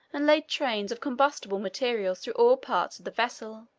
and laid trains of combustible materials through all parts of the vessel,